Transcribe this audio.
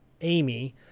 Amy